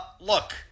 look